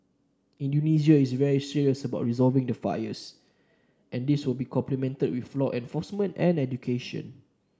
Indonesia is very serious about resolving the fires and this will be complemented with law enforcement and education